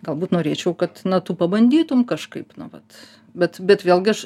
galbūt norėčiau kad na tu pabandytum kažkaip na vat bet bet vėlgi aš